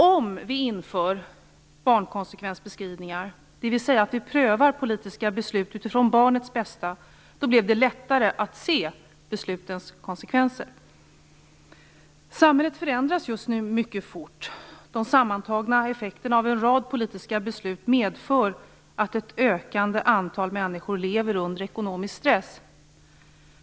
Om vi inför barnkonsekvensbeskrivningar, dvs. att vi prövar politiska beslut utifrån barnets bästa, blir det lättare att se beslutens konsekvenser. Samhället förändras just nu mycket fort. De sammantagna effekterna av en rad politiska beslut medför att ett ökande antal människor lever under ekonomisk stress.